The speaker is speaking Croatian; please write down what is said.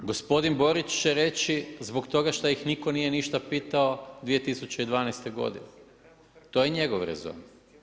Gospodin Borić će reći zbog toga što ih nitko nije ništa pitao 2012. godine, to je njegov rezon.